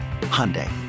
Hyundai